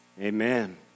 Amen